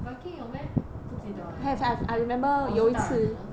viking 有 meh 不记得 leh 我是大人的